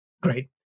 Great